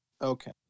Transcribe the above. Okay